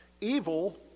evil